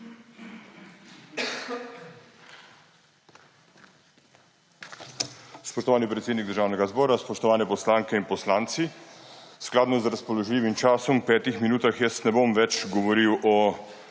Spoštovani predsednik Državnega zbora, spoštovane poslanke in poslanci! Skladno z razpoložljivim časom petih minut ne bom več govoril o